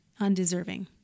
undeserving